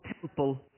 temple